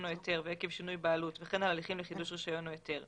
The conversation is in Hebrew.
או היתר ועקב שינוי בעלות וכן על הליכים לחידוש רישיון או היתר,